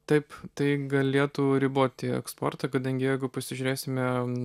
taip tai galėtų riboti eksportą kadangi jeigu pasižiūrėsime